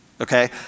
okay